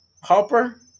Harper